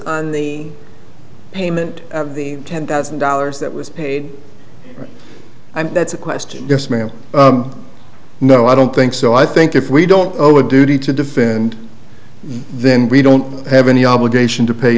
on the payment of the ten thousand dollars that was paid i mean that's a question yes ma'am no i don't think so i think if we don't owe a duty to defend then we don't have any obligation to pay